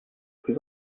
plus